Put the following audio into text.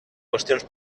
qüestions